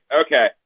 okay